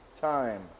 time